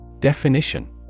Definition